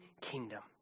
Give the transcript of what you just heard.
kingdom